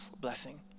blessing